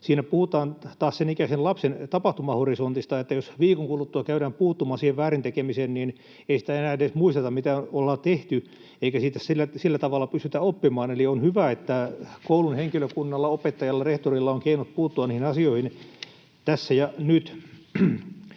Siinä puhutaan taas senikäisen lapsen tapahtumahorisontista, että jos viikon kuluttua käydään puuttumaan väärintekemiseen, niin ei sitä enää edes muisteta, mitä ollaan tehty, eikä siitä sillä tavalla pystytään oppimaan. Eli on hyvä, että koulun henkilökunnalla, opettajilla ja rehtoreilla on keinot puuttua niihin asioihin tässä ja nyt.